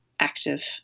active